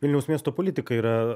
vilniaus miesto politikai yra